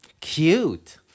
Cute